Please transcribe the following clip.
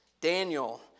Daniel